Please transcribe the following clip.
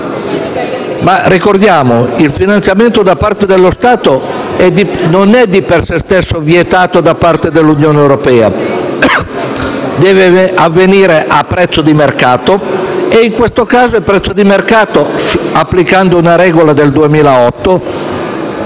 ma ricordiamo che il finanziamento da parte dello Stato non è di per sé stesso vietato da parte dell'Unione europea: deve avvenire a prezzo di mercato e, in questo caso, il prezzo di mercato, applicando una regola del 2008,